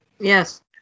Yes